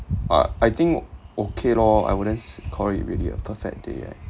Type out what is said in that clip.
uh I think okay lor I wouldn't call it really a perfect day eh